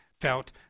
felt